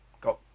Got